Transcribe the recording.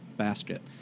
basket